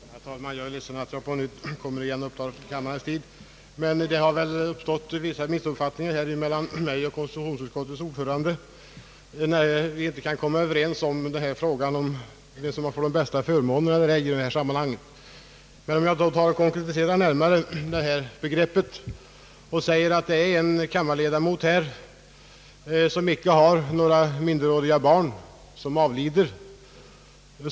Herr talman! Jag är ledsen att på nytt behöva uppta kammarens tid, men det tycks ha uppstått vissa missförstånd mellan mig och konstitutionsutskottets ordförande, eftersom vi inte kan komma överens i frågan om vem som får de bästa förmånerna. Jag vill därför konkretisera begreppen närmare. Antag att en kammarledamot som icke har minderåriga barn avlider.